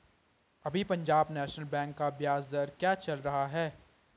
अभी Punjab national bank का ब्याज दर क्या चल रहा है?